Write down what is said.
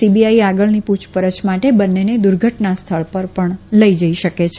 CBI આગળની પુછપરછ માટે બંનેને દુર્ધટના સ્થળ પર લઈ જઈ શકે છે